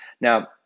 Now